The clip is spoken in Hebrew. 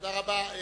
תודה רבה.